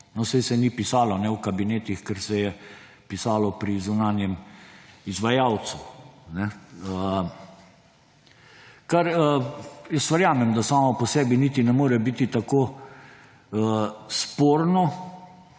saj se ni pisalo v kabinetih, ker se je pisalo pri zunanjem izvajalcu. Verjamem, da samo po sebi niti ne more biti tako sporno,